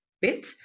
bit